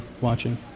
watching